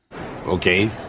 Okay